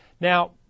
Now